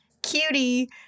cutie